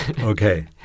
Okay